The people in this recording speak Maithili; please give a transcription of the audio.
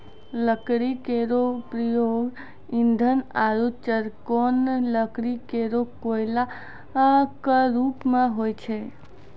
लकड़ी केरो प्रयोग ईंधन आरु चारकोल लकड़ी केरो कोयला क रुप मे होय छै